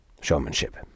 showmanship